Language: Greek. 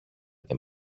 δεν